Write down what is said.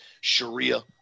Sharia